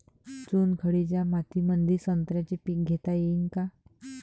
चुनखडीच्या मातीमंदी संत्र्याचे पीक घेता येईन का?